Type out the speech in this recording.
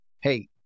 Hey